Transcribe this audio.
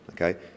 okay